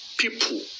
people